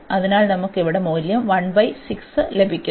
അതിനാൽ നമുക്ക് ഇവിടെ മൂല്യം ലഭിക്കുന്നു